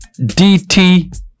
DT